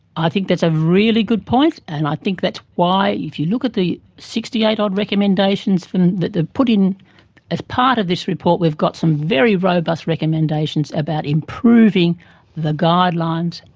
i think that's a really good point and i think that's why if you look at the sixty eight odd recommendations that they've put in as part of this report, we got some very robust recommendations about improving the guidelines,